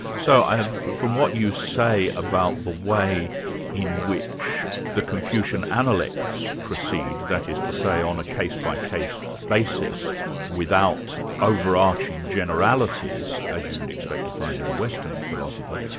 so from what you say about the way in which the confucian analects proceed, that is to say on a case-by-case basis without overarching generalities, as you would expect to find in a western philosopher,